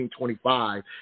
1925